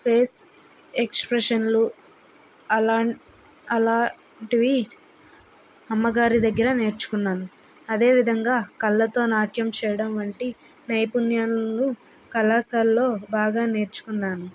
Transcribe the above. face ఎక్స్ప్రెషన్లు అలా అలాంటివి అమ్మగారి దగ్గర నేర్చుకున్నాను అదేవిధంగా కళ్ళతో నాట్యం చేయడం వంటి నైపుణ్యాలను కళాశాలలో బాగా నేర్చుకున్నాను